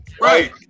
Right